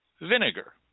vinegar